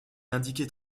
indiquait